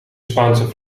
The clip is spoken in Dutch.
spaanse